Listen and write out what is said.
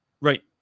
right